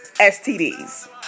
STDs